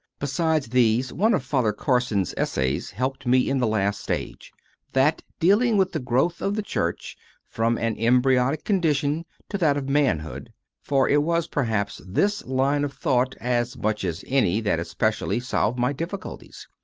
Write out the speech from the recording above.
besides these, one of father carson s essays helped me in the last stage that dealing with the growth of the church from an embryonic condition to that of manhood for it was, perhaps, this line of thought as much as any that especially solved my difficulties.